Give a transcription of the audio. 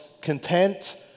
content